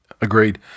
Agreed